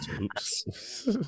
Oops